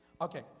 Okay